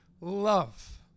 love